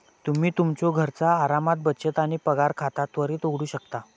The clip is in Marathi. तुम्ही तुमच्यो घरचा आरामात बचत आणि पगार खाता त्वरित उघडू शकता